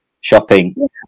shopping